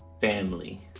family